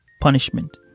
punishment